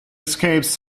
escapes